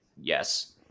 Yes